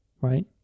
right